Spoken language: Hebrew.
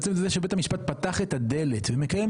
לעצם זה שבית המשפט פתח את הדלת ומקיים